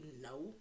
no